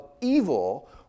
evil